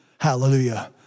Hallelujah